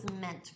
meant